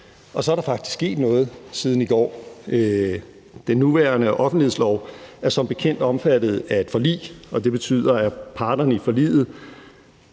og så er der faktisk sket noget siden i går. Den nuværende offentlighedslov er som bekendt omfattet af et forlig, og det betyder, at parterne i forliget